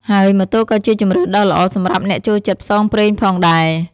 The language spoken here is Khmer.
ហើយម៉ូតូក៏ជាជម្រើសដ៏ល្អសម្រាប់អ្នកចូលចិត្តផ្សងព្រេងផងដែរ។